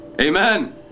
Amen